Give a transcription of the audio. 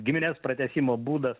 giminės pratęsimo būdas